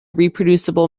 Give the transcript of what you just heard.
reproducible